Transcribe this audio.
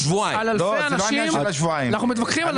לא, אנחנו לא מתווכחים על שבועיים.